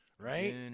Right